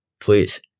Please